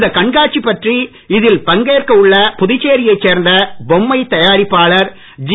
இந்த கண்காட்சி பற்றி இதில் பங்கேற்க உள்ள புதுச்சேரியைச் சேர்ந்த பொம்மை தயாரிப்பாளர் ஜி